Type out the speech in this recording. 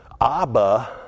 Abba